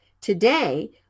Today